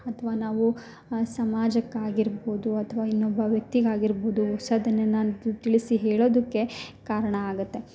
ಅಥ್ವಾ ನಾವೂ ಸಮಾಜಕ್ಕಾಗಿರ್ಬೋದು ಅಥ್ವಾ ಇನ್ನೊಬ್ಬ ವ್ಯಕ್ತಿಗೆ ಆಗಿರ್ಬೋದು ಹೊಸದನ್ನೇ ನಾನು ತಿಳಿಸಿ ಹೇಳೋದಕ್ಕೆ ಕಾರಣ ಆಗುತ್ತೆ